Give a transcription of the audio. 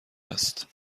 است